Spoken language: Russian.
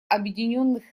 объединенных